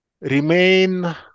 remain